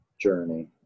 journey